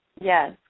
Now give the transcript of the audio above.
Yes